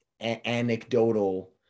anecdotal